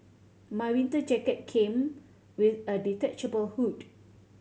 my winter jacket came with a detachable hood